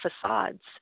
facades